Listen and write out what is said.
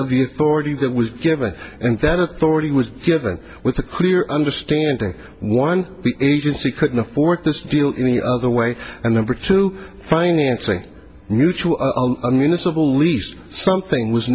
of the authority that was given and that authority was given with a clear understanding one the agency couldn't afford this deal in any other way and number two financing mutual municipal least something was